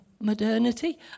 Modernity